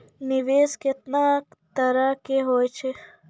निवेश केतना तरह के होय छै?